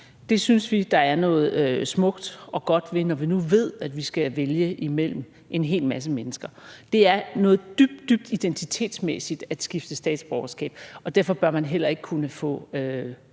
Det synes vi der er noget smukt og godt ved, når vi nu ved, at vi skal vælge imellem en hel masse mennesker. Det er noget dybt, dybt identitetsmæssigt at skifte statsborgerskab, og derfor bør man heller ikke kunne have